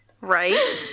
Right